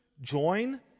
join